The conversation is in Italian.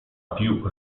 più